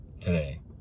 today